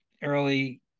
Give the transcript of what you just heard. early